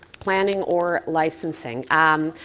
planning or licenseing